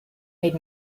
made